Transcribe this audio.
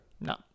no